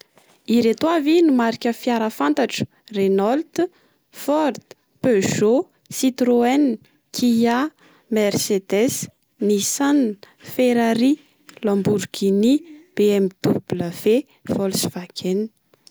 Ireto avy ny marika fiara fantatro: renault, ford, Peugeot, Citroën, kia, Mercedes, nissan, Ferrari, Lamborghini, bmw, Volkswagen.